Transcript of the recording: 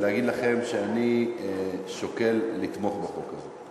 ולהגיד לכם שאני שוקל לתמוך בחוק הזה.